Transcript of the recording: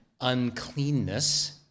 uncleanness